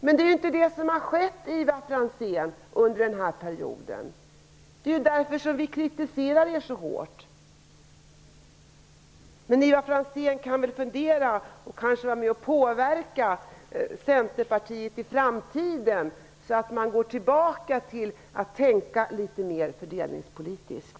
Men det har inte skett, Ivar Franzén, under den här perioden. Det är därför som vi kritiserar er så hårt. Men Ivar Franzén kan kanske påverka Centern i framtiden, så att ni går tillbaka till att tänka litet mer fördelningspolitiskt.